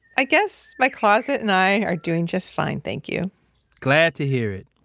i guess my closet and i are doing just fine. thank you glad to hear it.